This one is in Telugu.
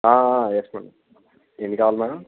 ఎస్ మేడం ఎన్ని కావాలి మేడం